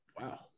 Wow